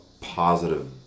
positive